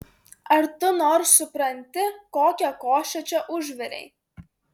ar tu nors supranti kokią košę čia užvirei